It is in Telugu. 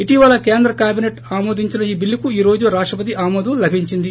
ఇటీవల కేంద్ర కేబినెట్ ఆమోదం పొందిన ఈ బిల్లుకు ఈ రోజు రాష్టపతి ఆమోదం లభించింది